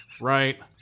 Right